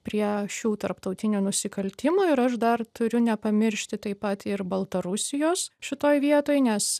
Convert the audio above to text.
prie šių tarptautinių nusikaltimų ir aš dar turiu nepamiršti taip pat ir baltarusijos šitoj vietoj nes